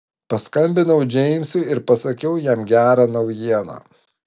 paskambinau džeimsui ir pasakiau jam gerą naujieną